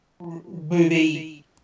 movie